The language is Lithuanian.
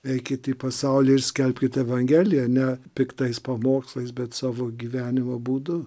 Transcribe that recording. eikit į pasaulį ir skelbkit evangeliją ne piktais pamokslais bet savo gyvenimo būdu